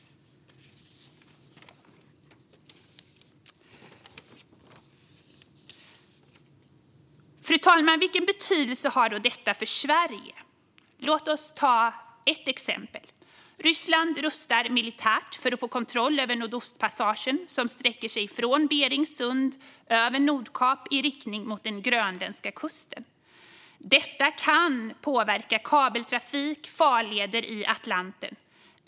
Fru talman! Vilken betydelse har detta för Sverige? Låt oss ta ett exempel. Ryssland rustar militärt för att få kontroll över Nordostpassagen, som sträcker sig från Berings sund och över Nordkap i riktning mot den grönländska kusten. Detta kan påverka kabeltrafik och farleder i Atlanten.